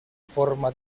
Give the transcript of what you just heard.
forma